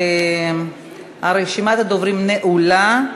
רשימת הדוברים נעולה.